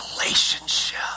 relationship